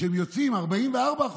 הם יוצאים 44%,